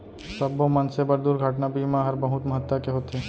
सब्बो मनसे बर दुरघटना बीमा हर बहुत महत्ता के होथे